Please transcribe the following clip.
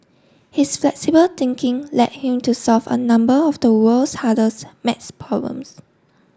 his flexible thinking led him to solve a number of the world's hardest maths problems